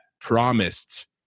promised